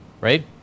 right